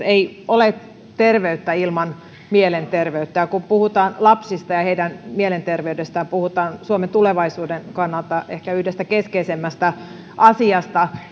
ei ole terveyttä ilman mielenterveyttä kun puhutaan lapsista ja heidän mielenterveydestään puhutaan suomen tulevaisuuden kannalta ehkä yhdestä keskeisimmästä asiasta